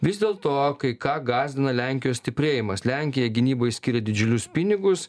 vis dėlto kai ką gąsdina lenkijos stiprėjimas lenkija gynybai skiria didžiulius pinigus